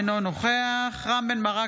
אינו נוכח רם בן ברק,